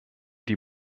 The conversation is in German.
die